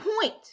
point